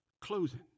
closing